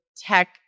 tech